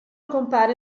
compare